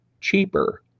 cheaper